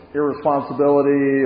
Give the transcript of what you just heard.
irresponsibility